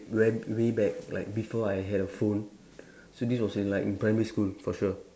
where way back like before I had a phone so this was in like in primary school for sure